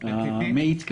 המאיץ קווי.